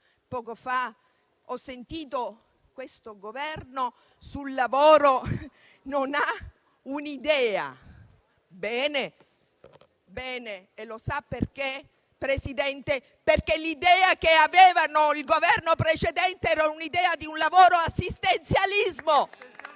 Poco fa ho sentito dire che il Governo sul lavoro non ha un'idea. Bene e lo sa perché, signor Presidente? Perché l'idea che aveva il Governo precedente era l'idea di un lavoro-assistenzialismo